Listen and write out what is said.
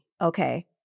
okay